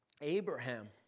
Abraham